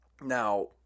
Now